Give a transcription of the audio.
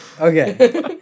Okay